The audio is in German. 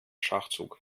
schachzug